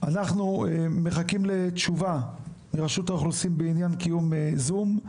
אנחנו מחכים לתשובה מרשות האוכלוסין בעניין קיום זום,